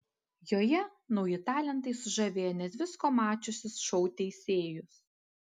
joje nauji talentai sužavėję net visko mačiusius šou teisėjus